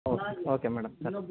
oak okay madam ಸರೆ